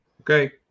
okay